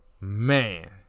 Man